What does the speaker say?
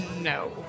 No